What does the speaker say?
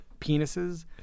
penises